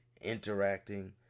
interacting